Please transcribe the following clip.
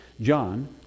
John